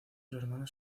hermanos